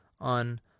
on